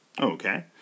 Okay